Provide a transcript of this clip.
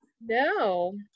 no